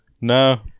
No